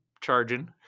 charging